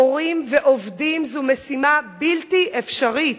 הורים ועובדים זו משימה בלתי אפשרית.